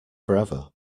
forever